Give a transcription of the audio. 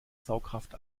saugkraft